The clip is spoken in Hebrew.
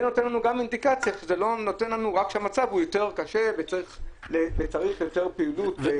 זה נותן לנו אינדיקציה רק כשהמצב יותר קשה וצריך יותר פעילות.